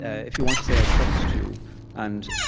ah if you want to say i trust you and,